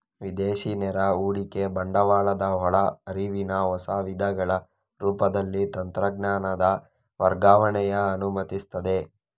ವಿದೇಶಿ ನೇರ ಹೂಡಿಕೆ ಬಂಡವಾಳದ ಒಳ ಹರಿವಿನ ಹೊಸ ವಿಧಗಳ ರೂಪದಲ್ಲಿ ತಂತ್ರಜ್ಞಾನದ ವರ್ಗಾವಣೆಯನ್ನ ಅನುಮತಿಸ್ತದೆ